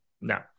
No